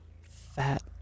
fat